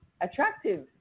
attractive